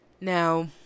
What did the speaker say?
Now